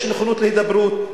יש נכונות להידברות,